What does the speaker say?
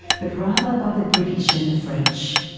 but rather by the british and the french.